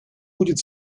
будет